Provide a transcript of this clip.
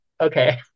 okay